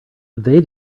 they